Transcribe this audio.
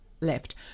left